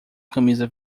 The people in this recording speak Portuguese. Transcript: camisa